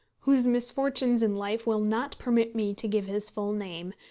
whose misfortunes in life will not permit me to give his full name,